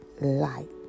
light